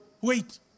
Wait